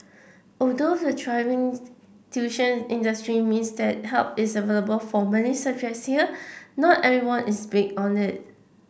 although the thriving tuition industry means that help is available for many subjects here not everyone is being on it